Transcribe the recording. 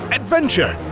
adventure